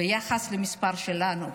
ביחס למספר שלנו.